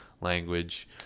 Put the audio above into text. language